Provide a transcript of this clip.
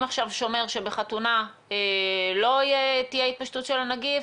עכשיו שומר שבחתונה לא תהיה התפשטות של הנגיף,